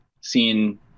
seeing